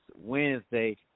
Wednesday